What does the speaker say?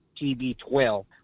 TB12